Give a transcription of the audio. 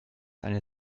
eine